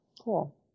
Cool